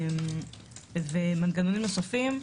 תחום הרווחה ומנגנונים נוספים,